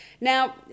Now